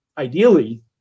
ideally